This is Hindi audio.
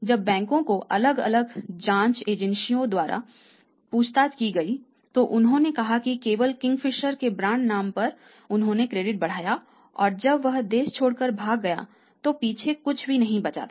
जब बैंकों को अलग अलग जांच एजेंसियों द्वारा पूछताछ की गई तो उन्होंने कहा कि केवल किंगफिशर के ब्रांड नाम पर उन्होंने क्रेडिट बढ़ाया और जब वह देश छोड़कर भाग गया तो पीछे कुछ भी नहीं बचा था